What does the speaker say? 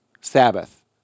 Sabbath